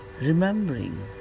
remembering